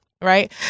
Right